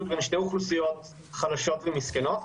בין שתי אוכלוסיות חלשות ומסכנות.